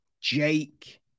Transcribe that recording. Jake